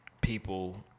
people